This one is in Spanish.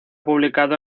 publicado